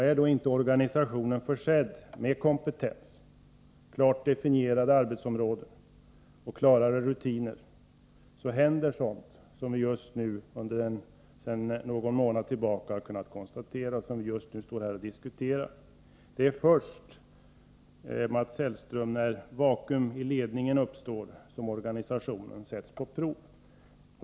Är då organisationen inte försedd med kompetens, klart definierade arbetsområden och klara rutiner, händer sådant som vi sedan någon månad tillbaka kunnat konstatera och som vi just nu står här och diskuterar. Det är först, Mats Hellström, när vakuum i ledningen uppstår som organisationen sätts på prov.